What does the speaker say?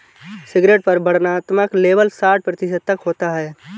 cigarette पर वर्णनात्मक label साठ प्रतिशत तक होता है